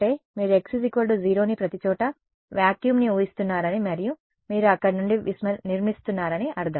అవును కాబట్టి మీరు ఎంచుకుంటే మీరు x 0ని ప్రతిచోటా వాక్యూమ్ని ఊహిస్తున్నారని మరియు మీరు అక్కడ నుండి నిర్మిస్తున్నారని అర్థం